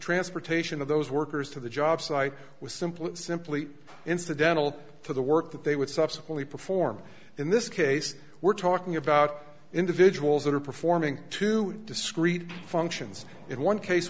transportation of those workers to the job site was simply simply incidental to the work that they would subsequently perform in this case we're talking about individuals that are performing two discrete functions in one case